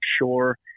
sure